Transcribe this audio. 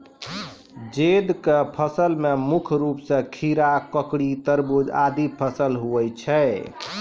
जैद क फसल मे मुख्य रूप सें खीरा, ककड़ी, तरबूज आदि फसल होय छै